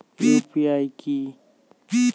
UPI কি?